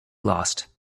lost